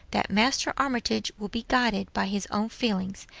that master armitage will be guided by his own feelings,